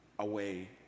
away